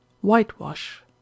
Whitewash